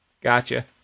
Gotcha